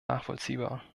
nachvollziehbar